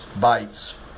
bites